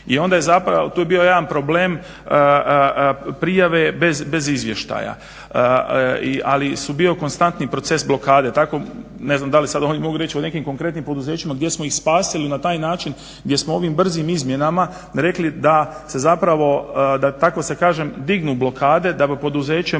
I onda je zapravo, tu je bio jedan problem prijave bez izvještaja. Ali su bio konstantni proces blokade, tako da ne znam da li ovdje mogu reć o nekim konkretnim poduzećima gdje smo ih spasili na taj način gdje smo ovim brzim izmjenama rekli da se zapravo upravo da tako se kažem dignu blokade, da bi poduzeće